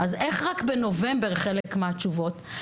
איך רק בנובמבר חלק מהתשובות יהיו.